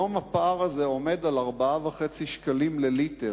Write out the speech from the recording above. היום הפער הזה עומד על 4.5 שקלים לליטר.